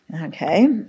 Okay